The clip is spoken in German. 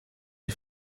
die